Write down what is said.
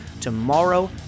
tomorrow